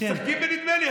משחקים בנדמה לי,